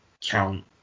count